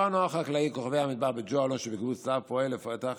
כפר הנוער החקלאי כוכבי המדבר בג'ו אלון שבקיבוץ להב פועל לפתח